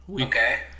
Okay